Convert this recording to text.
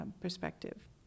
perspective